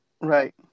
Right